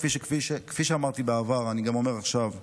כפי שאמרתי בעבר אני אומר עכשיו,